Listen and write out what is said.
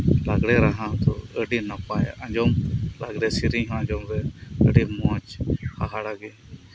ᱞᱟᱜᱽᱲᱮ ᱨᱟᱦᱟ ᱫᱚ ᱟᱹᱰᱤ ᱱᱟᱯᱟᱭ ᱟᱧᱡᱚᱢ ᱛᱮ ᱥᱮᱨᱮᱧ ᱦᱚᱸ ᱟᱧᱡᱚᱢ ᱨᱮ ᱢᱚᱸᱡ ᱦᱟᱦᱟᱲᱟ ᱜᱮ